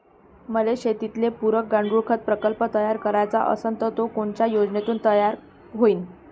मले शेतीले पुरक गांडूळखत प्रकल्प तयार करायचा असन तर तो कोनच्या योजनेतून तयार होईन?